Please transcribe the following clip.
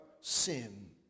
sin